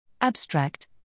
Abstract